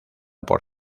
por